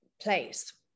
place